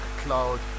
cloud